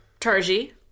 Tarji